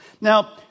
Now